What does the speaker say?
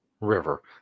river